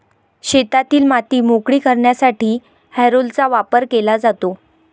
शेतातील माती मोकळी करण्यासाठी हॅरोचा वापर केला जातो